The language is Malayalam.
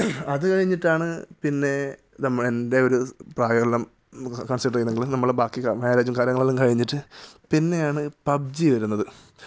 അത് കഴിഞ്ഞിട്ടാണ് പിന്നെ നമ് എൻ്റെ ഒരു പ്രായം എല്ലാം കൺസിഡർ ചെയ്യുന്നെങ്കിൽ നമ്മൾ ബാക്കി മാരേജ് കാര്യങ്ങളെല്ലാം എല്ലാം കഴിഞ്ഞിട്ട് പിന്നെയാണ് പബ്ജി വരുന്നത്